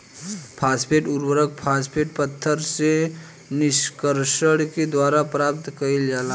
phosphate उर्वरक, phosphate पत्थर से निष्कर्षण के द्वारा प्राप्त कईल जाला